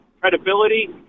credibility